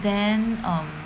then um